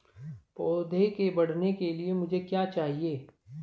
पौधे के बढ़ने के लिए मुझे क्या चाहिए?